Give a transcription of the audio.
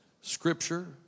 Scripture